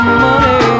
money